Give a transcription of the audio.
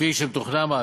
כפי שמתוכנן,